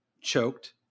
choked